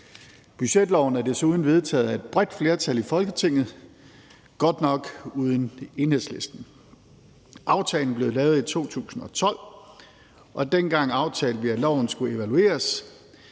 Budgetloven er desuden vedtaget af et bredt flertal i Folketinget, godt nok uden Enhedslisten. Aftalen blev lavet i 2012, og dengang aftalte vi, at loven skulle evalueres,